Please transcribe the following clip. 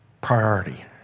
priority